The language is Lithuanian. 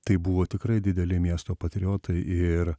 tai buvo tikrai dideli miesto patriotai ir